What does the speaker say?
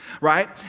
Right